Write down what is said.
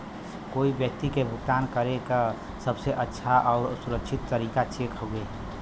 कोई व्यक्ति के भुगतान करे क सबसे अच्छा आउर सुरक्षित तरीका चेक हउवे